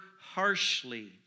harshly